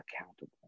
accountable